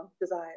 desire